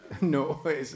No